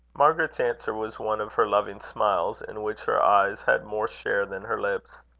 margaret's answer was one of her loving smiles, in which her eyes had more share than her lips.